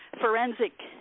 forensic